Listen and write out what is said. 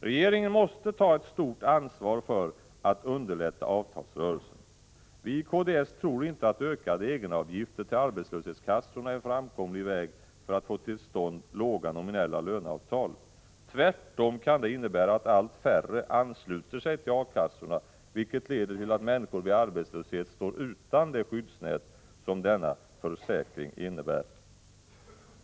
Regeringen måste ta ett stort ansvar för att underlätta avtalsrörelsen. Vi i kds tror inte att ökade egenavgifter till arbetslöshetskassorna är en framkomlig väg för att få till stånd låga nominella löneavtal. Tvärtom kan det innebära att allt färre ansluter sig till A-kassorna, vilket leder till att människor vid arbetslöshet står utan det skyddsnät som denna försäkring innebär.